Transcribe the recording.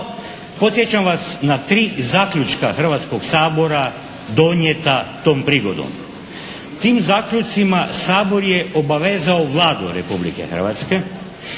podsjećam vas na 3 zaključka Hrvatskog sabora donijeta tom prigodom. Tim zaključcima Sabor je obavezao Vladu Republike Hrvatske